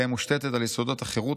תהא מושתתה על יסודות החירות,